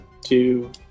two